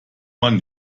man